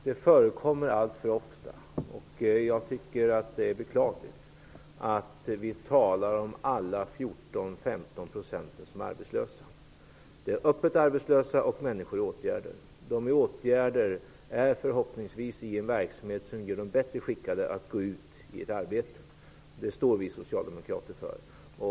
Det förekommer alltför ofta, och jag tycker att det är beklagligt, att vi talar om alla 14--15 % som arbetslösa. Det är fråga om öppet arbetslösa och människor i åtgärder. De som är i åtgärder är förhoppningsvis i en verksamhet som gör dem bättre skickade att gå ut i ett arbete. Det står vi socialdemokrater för.